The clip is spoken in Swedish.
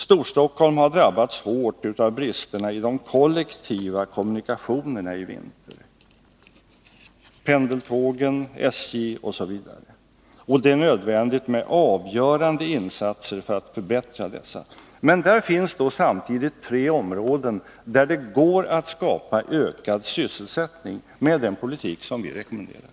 Storstockholm har drabbats hårt av bristerna i de kollektiva kommunikationerna i vinter — pendeltågen, SJ osv. — och det är nödvändigt med avgörande insatser för att förbättra dessa. Där finns tre områden där det går att skapa ökad sysselsättning med den politik som vi rekommenderar.